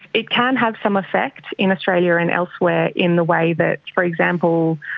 it can have some affect in australia and elsewhere in the way that, for example,